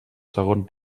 segon